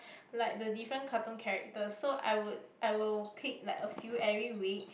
like the different cartoon characters so I would I will pick like a few every week